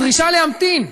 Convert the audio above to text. בדרישה להמתין,